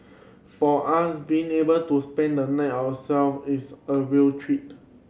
for us being able to spend the night ourselves is a real treat